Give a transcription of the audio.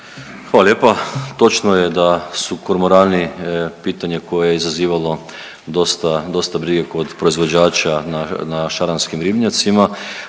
Hvala lijepa. Točno je da su kormorani pitanje koje je izazivalo dosta, dosta brige kod proizvođača na šaranskim ribnjacima.